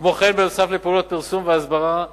כמו כן, נוסף על פעולות פרסום והסברה מגוונות,